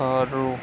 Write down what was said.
ખરું